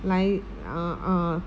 来 uh uh